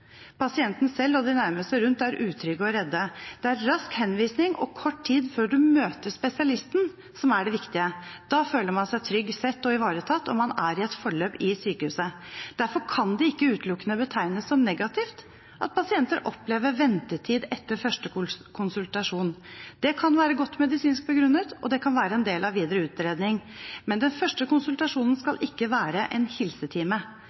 Pasienten selv og de nærmeste rundt er utrygge og redde. Det er rask henvisning og kort tid før man møter spesialisten som er det viktige. Da føler man seg trygg, sett og ivaretatt, og man er i et forløp i sykehuset. Derfor kan det ikke utelukkende betegnes som negativt at pasienter opplever ventetid etter første konsultasjon. Det kan være godt medisinsk begrunnet, og det kan være en del av den videre utredningen. Men den første konsultasjonen skal ikke være en